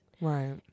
Right